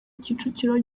kicukiro